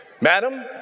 Madam